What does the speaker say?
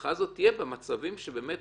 שההארכה הזאת תהיה במצבים שמגיע.